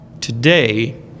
today